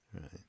right